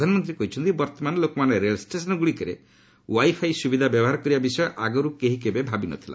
ପ୍ରଧାନମନ୍ତ୍ରୀ କହିଛନ୍ତି ବର୍ତ୍ତମାନ ଲୋକମାନେ ରେଳଷ୍ଟେସନ୍ଗୁଡ଼ିକରେ ୱାଇ ଫାଇ ସୁବିଧା ବ୍ୟବହାର କରିବା ବିଷୟ ଆଗରୁ କେହି କେହି ଭାବି ନ ଥିଲେ